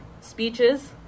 speeches